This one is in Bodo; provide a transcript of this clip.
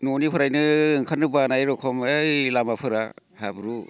न'निफ्रायनो ओंखारनो बानाय रखम ओइ लामाफोरा हाब्रु